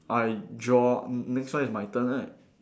I draw mm next one is my turn right